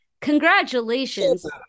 congratulations